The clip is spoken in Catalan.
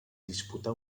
disputà